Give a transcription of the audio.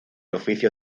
oficio